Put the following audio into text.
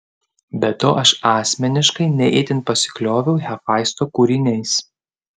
be to aš asmeniškai ne itin pasiklioviau hefaisto kūriniais